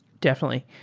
definitely.